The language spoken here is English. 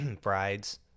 brides